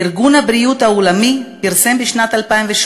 ארגון הבריאות העולמי פרסם בשנת 2013